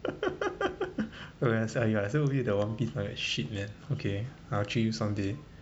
I say I still forget the one piece nugget shit man okay I will treat you some day